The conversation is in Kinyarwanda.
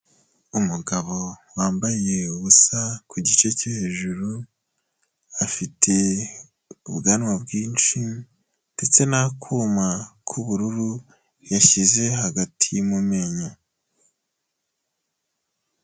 Umugabo wambaye ubusa ku gice cyo hejuru, afite ubwanwa bwinshi ndetse n'akuma k'ubururu yashyize hagati mu menyo.